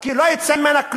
כי לא יצא ממנה כלום.